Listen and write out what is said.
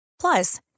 Plus